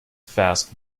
fast